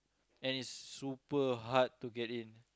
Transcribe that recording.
and it's super hard to get in